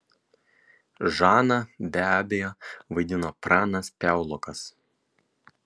žaną be abejo vaidino pranas piaulokas